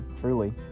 Truly